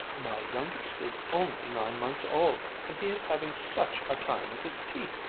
my youngest is only nine months old, and he is having such a time with his teeth.